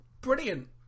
brilliant